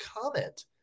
comment